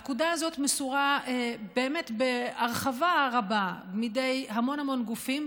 הפקודה הזאת מסורה באמת בהרחבה רבה בידי המון המון גופים,